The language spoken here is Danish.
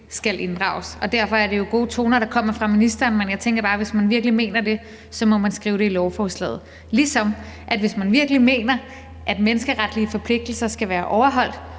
skal inddrages, og derfor er det jo gode toner, der kommer fra ministeren, men jeg tænker bare, at hvis man virkelig mener det, må man skrive det i lovforslaget, ligesom at hvis man virkelig mener, at menneskeretlige forpligtelser skal være overholdt,